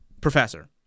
professor